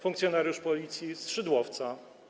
Funkcjonariusz Policji z Szydłowca.